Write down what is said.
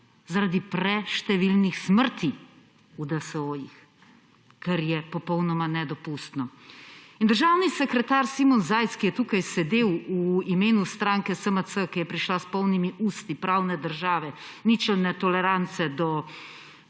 Zaradi preštevilnih smrti v DSO-jih, kar je popolnoma nedopustno. Državni sekretar Simon Zajc, ki je tukaj sedel v imenu stranke SMC, ki je prišla s polnimi usti pravne države, ničelne tolerance do